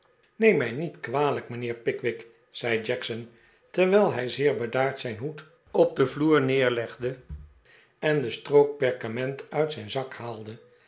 neem mij niet kwalijk mijnheer pickwick zei jackson terwijl hij zeer bedaard zijn hoed op den vloer neerlegde en de strook perkament uit iiijn zak haalde